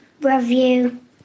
review